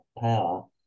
power